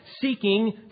seeking